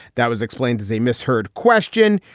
that was explained as a misheard question.